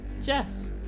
Jess